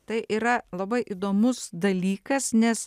tai yra labai įdomus dalykas nes